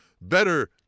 better